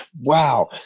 Wow